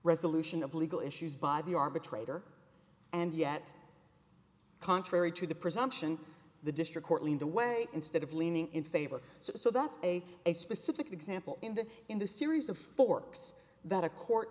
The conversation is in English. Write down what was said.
resolution of legal issues by the arbitrator and yet contrary to the presumption the district court lead the way instead of leaning in favor so that's a specific example in the in the series of forks that a court